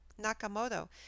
Nakamoto